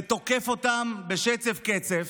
ותוקף אותם בשצף קצף,